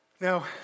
Now